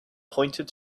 pointed